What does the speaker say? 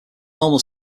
normal